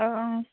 অঁ অঁ